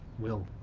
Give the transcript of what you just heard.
will,